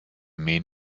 mean